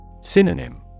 Synonym